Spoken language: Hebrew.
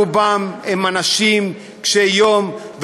רובם הם אנשים קשי-יום,